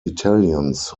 italians